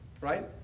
right